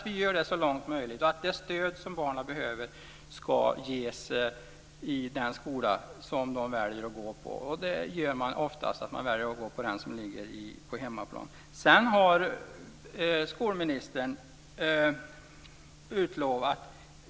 Vi gör detta så långt möjligt, och det stöd barnen behöver ska ges i den skola som de väljer att gå på. Det gör att man oftast väljer att gå på den som ligger på hemmaplan. Sedan till vad skolministern har utlovat.